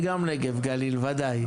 ודאי.